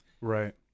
right